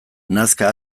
nazka